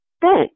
Thanks